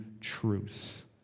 truth